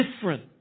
different